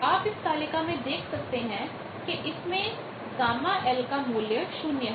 आप इस तालिका में देख सकते हैं कि इसमें γLका मूल्य 0 है